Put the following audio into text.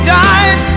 died